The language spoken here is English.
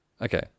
Okay